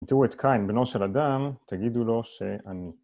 אם תראו את קין בנו של אדם, תגידו לו שאני.